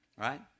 Right